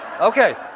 Okay